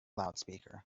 loudspeaker